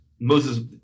Moses